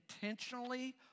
intentionally